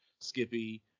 Skippy